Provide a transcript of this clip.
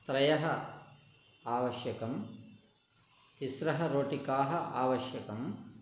त्रयः आवश्यकं तिस्रः रोटिकाः आवश्यकं